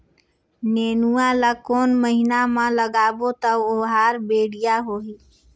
नेनुआ ला कोन महीना मा लगाबो ता ओहार बेडिया होही?